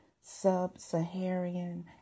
sub-Saharan